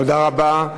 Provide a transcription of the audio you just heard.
תודה רבה.